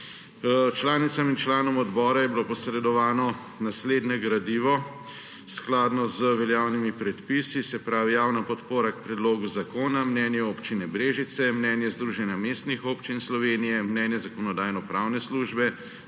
Članicam in članom odbora je bilo posredovano naslednje gradivo, skladno z veljavnimi predpisi, se pravi: javna podpora k predlogu zakona, mnenje Občine Brežice, mnenje Združenja mestnih občin Slovenije, mnenje Zakonodajno-pravne službe,